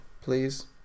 please